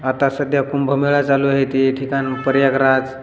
आता सध्या कुंभमेळा चालू आहे ते ठिकाण प्रयागराज